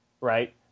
right